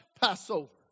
Passover